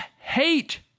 hate